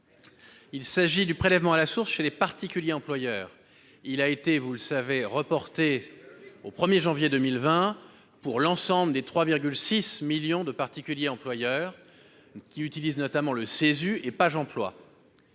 il s'agit du prélèvement à la source pour les particuliers employeurs. Vous le savez, il a été reporté au 1janvier 2020, pour l'ensemble des 3,6 millions de particuliers employeurs utilisant notamment le chèque emploi